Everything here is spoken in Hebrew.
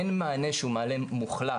אין מענה שהוא מענה מוחלט,